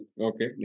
okay